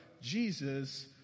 Jesus